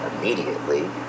immediately